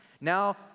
Now